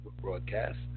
broadcast